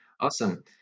awesome